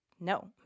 no